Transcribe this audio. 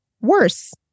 worse